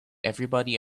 everybody